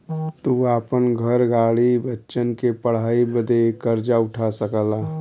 तू आपन घर, गाड़ी, बच्चन के पढ़ाई बदे कर्जा उठा सकला